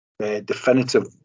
definitive